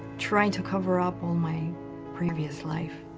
trying to cover up on my previous life